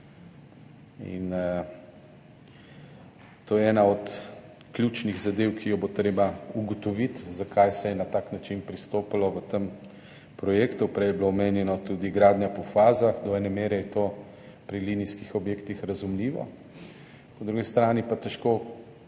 To je ena od ključnih zadev, ki jo bo treba ugotoviti, zakaj se je na tak način pristopalo k temu projektu. Prej je bila omenjena tudi gradnja po fazah, do ene mere je to pri linijskih objektih razumljivo, po drugi strani pa težko